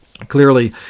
Clearly